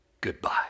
goodbye